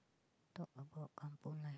talk about kampung life